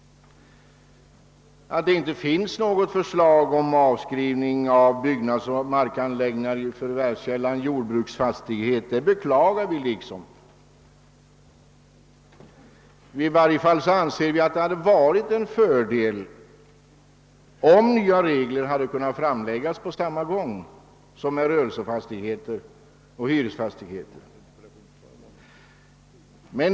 Att det inte finns något förslag om avskrivning av byggnader och markanläggningar i förvärvskällan jordbruksfastighet beklagar vi som tillhör utskottsmajoriteten. I varje fall anser vi att det hade varit en fördel, om nya regler hade kunnat framläggas på samma gång som för rörelsefastigheter och hyresfastigheter.